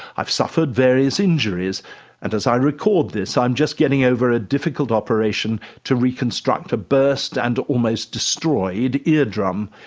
i've suffered various injuries and, as i record this, i'm just getting over a difficult operation to reconstruct a burst and almost destroyed eardrum.